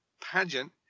pageant